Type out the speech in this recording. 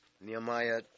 Nehemiah